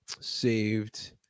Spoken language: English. saved